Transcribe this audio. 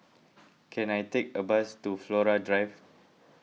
can I take a bus to Flora Drive